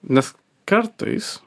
nes kartais